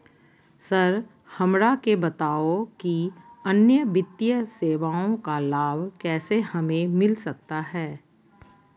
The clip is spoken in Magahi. सर हमरा के बताओ कि अन्य वित्तीय सेवाओं का लाभ कैसे हमें मिलता सकता है?